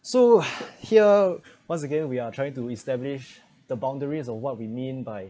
so here once again we are trying to establish the boundaries of what we mean by